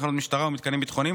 תחנות משטרה ומתקנים ביטחוניים),